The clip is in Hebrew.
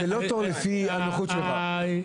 לפי הנוחות שלך.